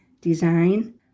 design